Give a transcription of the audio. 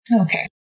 Okay